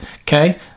okay